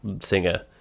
singer